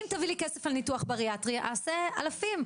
אם תביאי לי כסף על ניתוח בריאטרי אני אעשה אלפים,